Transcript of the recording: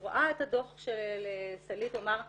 הוא ראה את הדו"ח של סלעית הוא אמר,